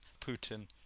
Putin